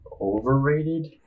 Overrated